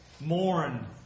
Mourn